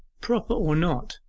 proper or not,